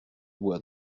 bois